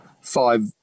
five